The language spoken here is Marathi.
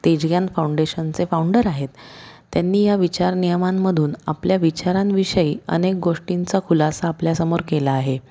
तेजग्यान फाउंडेशनचे फाऊंडर आहेत त्यांनी या विचार नियमांमधून आपल्या विचारांविषयी अनेक गोष्टींचा खुलासा आपल्यासमोर केला आहे